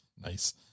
Nice